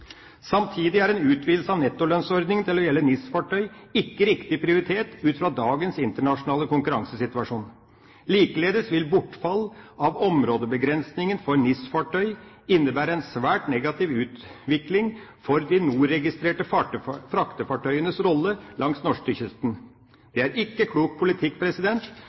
Samtidig er en utvidelse av nettolønnsordninga til å gjelde NIS-fartøy ikke riktig prioritert ut fra dagens internasjonale konkurransesituasjon. Likeledes vil bortfall av områdebegrensningene for NIS-fartøy innebære en svært negativ utvikling for de NOR-registrerte fraktefartøyenes rolle langs norskekysten. Det er ikke klok politikk,